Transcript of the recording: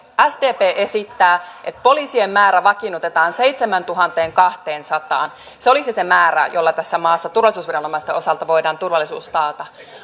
laskee sdp esittää että poliisien määrä vakiinnutetaan seitsemääntuhanteenkahteensataan se olisi se määrä jolla tässä maassa turvallisuusviranomaisten osalta voidaan turvallisuus taata